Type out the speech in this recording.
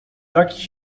takich